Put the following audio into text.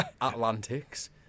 Atlantic's